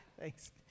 Thanks